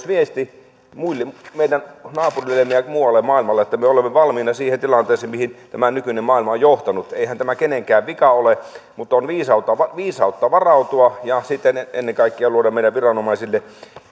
viesti muille meidän naapureillemme ja muualle maailmalle että me olemme valmiina siihen tilanteeseen mihin tämä nykyinen maailma on johtanut eihän tämä kenenkään vika ole mutta on viisautta viisautta varautua ja sitten ennen kaikkea luoda meidän viranomaisille